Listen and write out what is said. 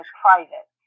private